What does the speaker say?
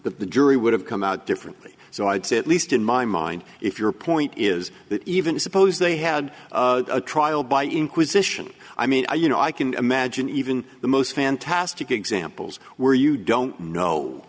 that the jury would have come out differently so i'd say at least in my mind if your point is that even if suppose they had a trial by inquisition i mean you know i can imagine even the most fantastic examples where you don't know